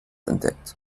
entdeckt